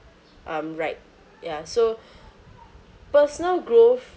um right ya so personal growth